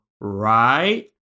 right